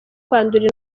kwandura